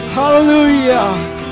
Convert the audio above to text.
hallelujah